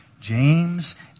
James